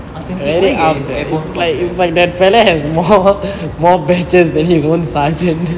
I was thinking where he get his airborne from